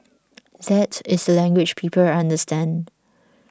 that is the language people understand